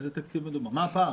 מה הפער?